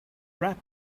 rap